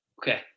Okay